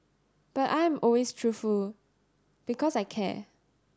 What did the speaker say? but I am always truthful because I care